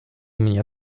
mnie